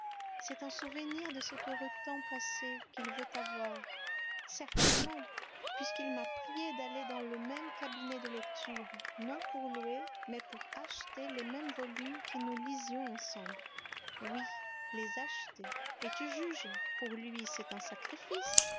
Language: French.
c'est un souvenir de cet heureux temps passé qu'il veut avoir certainement puisqu'il m'a priée d'aller dans le même cabinet de lecture non pour louer mais pour acheter les mêmes volumes que nous lisions ensemble oui les acheter et tu juges pour lui c'est un sacrifice